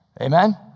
Amen